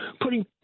putting